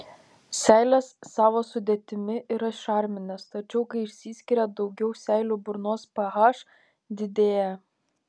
seilės savo sudėtimi yra šarminės tačiau kai išsiskiria daugiau seilių burnos ph didėja